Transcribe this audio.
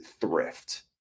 thrift